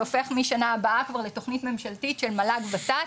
שהופך משנה הבאה כבר לתכנית ממשלתית של מל"ג-ות"ת,